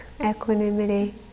equanimity